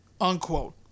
Unquote